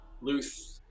Luth